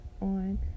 on